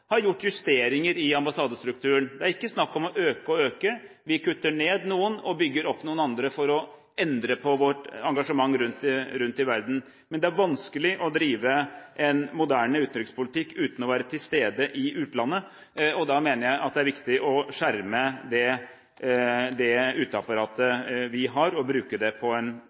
har gjort justeringer i ambassadestrukturen. Det er ikke snakk om å øke og øke. Vi kutter ned noen og bygger opp andre for å endre på vårt engasjement rundt i verden. Det er vanskelig å drive en moderne utenrikspolitikk uten å være til stede i utlandet. Da mener jeg det er viktig å skjerme det uteapparatet vi har og bruke det på en